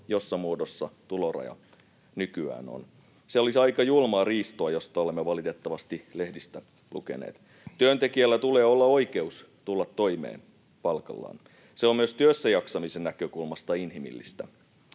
missä muodossa tuloraja nykyään on? Se olisi aika julmaa riistoa, josta olemme valitettavasti lehdistä lukeneet. Työntekijöillä tulee olla oikeus tulla toimeen palkallaan. Se on myös työssäjaksamisen näkökulmasta inhimillistä.